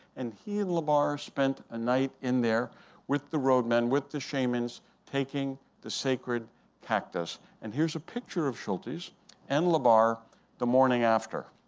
and he and labarre spent a night in there with the road men, with the shamans taking the sacred cactus. and here's a picture of schultes and labarre the morning after.